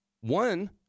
one